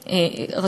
ביודעין,